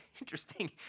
Interesting